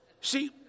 See